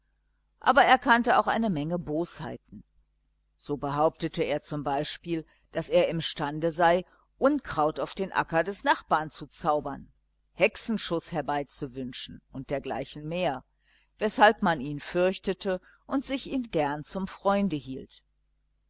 aber er kannte auch eine menge bosheiten so behauptete er zum beispiel daß er imstande sei unkraut auf den acker des nachbars zu zaubern hexenschuß herbeizuwünschen und dergleichen mehr weshalb man ihn fürchtete und ihn sich gern zum freunde hielt